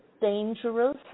dangerous